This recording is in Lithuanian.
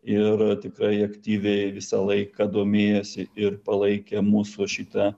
ir tikrai aktyviai visą laiką domėjosi ir palaikė mūsų šitą